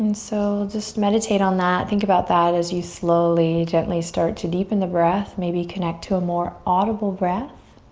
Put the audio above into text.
and so, just meditate on that, think about that as you slowly gently start to deepen the breath, maybe connect to a more audible breath.